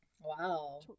Wow